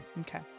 Okay